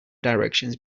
directions